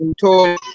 toy